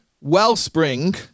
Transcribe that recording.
wellspring